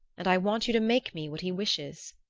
and i want you to make me what he wishes.